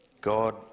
God